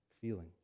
feeling